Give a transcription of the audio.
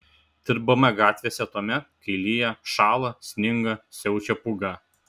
dirbame gatvėse tuomet kai lyja šąla sninga siaučia pūga